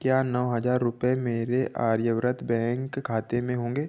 क्या नौ हज़ार रुपये मेरे आर्यव्रत बैंक खाते में होंगे